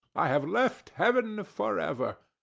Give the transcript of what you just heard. i have left heaven for ever.